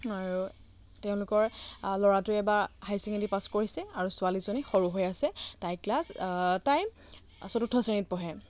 আৰু তেওঁলোকৰ ল'ৰাটোৱে এইবাৰ হায়াৰ চেকেণ্ডেৰী পাছ কৰিছে আৰু ছোৱালীজনী সৰু হৈ আছে তাই ক্লাছ তাই চতুৰ্থ শ্ৰেণীত পঢ়ে